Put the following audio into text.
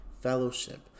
fellowship